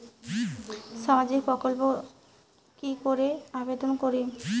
সামাজিক প্রকল্পত কি করি আবেদন করিম?